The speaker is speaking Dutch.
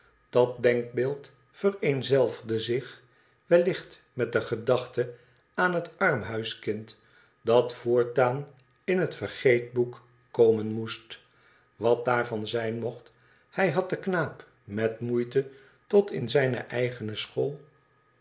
dat denkbeeld vereenzelvigde zich wellicht met de gedachte aan het armhuiskind dat voortaan m het vergeetboek komen moest wat daarvan zijn mocht hij had den knaap met moeite tot in zijne eigeneschool